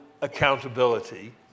accountability